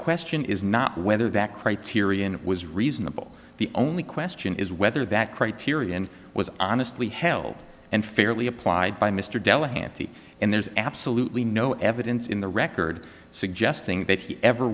question is not whether that criterion was reasonable the only question is whether that criterion was honestly held and fairly applied by mr della hannity and there's absolutely no evidence in the record suggesting that he ever